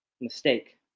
Mistake